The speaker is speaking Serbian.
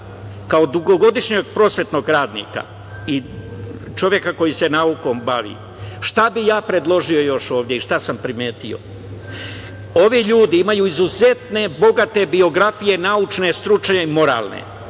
kao dugogodišnjeg prosvetnog radnika i čoveka koji se bavi naukom, šta bih ja predložio ovde i šta sam primetio, ovi ljudi imaju izuzetne bogate biografije naučne, stručne i moralne.